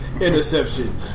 interception